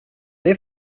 det